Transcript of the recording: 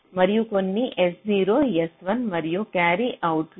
మరియు కొన్ని s0 s1 మరియు క్యారీ అవుట్ ఇవ్వబడింది